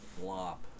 flop